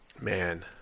man